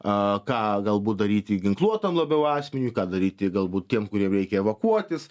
a ką galbūt daryti ginkluotam labiau asmeniui ką daryti galbūt tiem kuriem reikia evakuotis